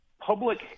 public